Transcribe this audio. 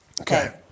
Okay